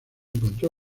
encontró